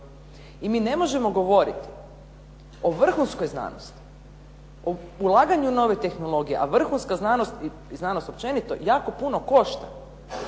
I mi ne možemo govoriti o vrhunskoj znanosti, o ulaganju nove tehnologije a vrhunska znanost i znanost općenito jako puno košta